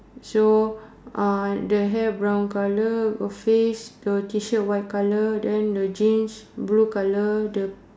so uh the hair brown colour the face the T shirt white colour then the jeans blue colour the